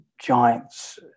Giants